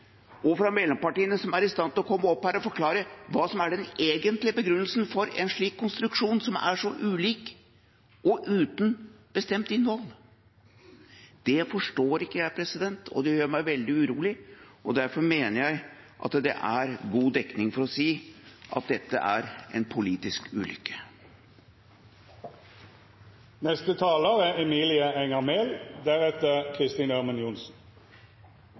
ingen fra regjeringspartiene og fra mellompartiene som er i stand til å komme opp hit og forklare hva som er den egentlige begrunnelsen for en slik konstruksjon, som er så ulik og uten bestemt innhold? Det forstår ikke jeg, og det gjør meg veldig urolig. Derfor mener jeg at det er god dekning for å si at dette er en politisk ulykke. Dagen i dag er